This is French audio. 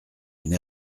une